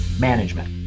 management